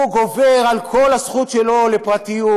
הוא גובר על כל הזכות שלו לפרטיות,